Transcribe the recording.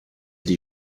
die